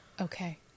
Okay